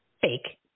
fake